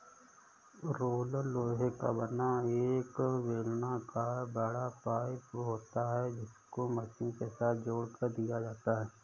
roller लोहे का बना एक बेलनाकर बड़ा पाइप होता है जिसको मशीन के साथ जोड़ दिया जाता है